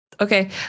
Okay